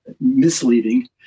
misleading